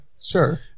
Sure